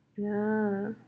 yeah